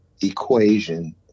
equation